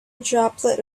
droplet